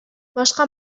башка